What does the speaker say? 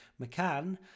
McCann